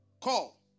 call